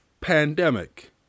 pandemic